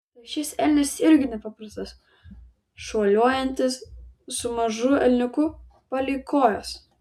tai šis elnias irgi nepaprastas šuoliuojantis su mažu elniuku palei kojas